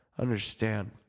understand